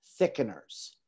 thickeners